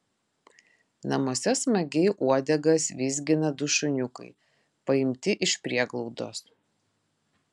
namuose smagiai uodegas vizgina du šuniukai paimti iš prieglaudos